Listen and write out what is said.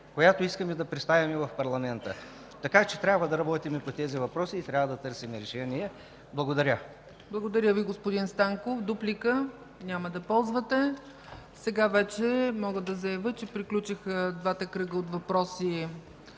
която искаме да представим в парламента. Така че трябва да работим по тези въпроси и да търсим решение. Благодаря. ПРЕДСЕДАТЕЛ ЦЕЦКА ЦАЧЕВА: Благодаря Ви, господин Станков. Дуплика? Няма да ползвате. Сега вече мога да заявя, че приключиха двата кръга от въпроси.